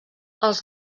els